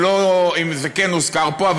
אם זה כן הוזכר פה,